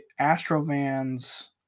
Astrovan's